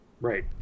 Right